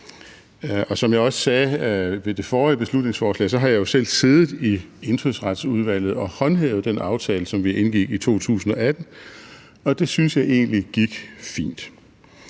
Som jeg også sagde ved det forrige beslutningsforslag, har jeg selv siddet i Indfødsretsudvalget og håndhævet den aftale, som vi indgik i 2018, og det synes jeg egentlig gik fint.